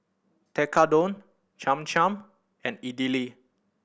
Tekkadon Cham Cham and Idili